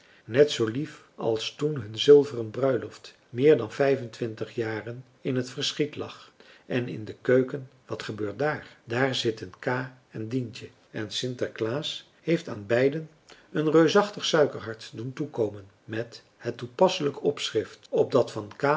net zoo lief als toen hun zilveren bruiloft meer dan vijf en twintig jaren in het verschiet lag en in de keuken wat gebeurt dààr daar zitten ka en dientje en sinterklaas heeft aan beiden een reusachtig suikerhart doen toekomen met toepasselijk opschrift op dat van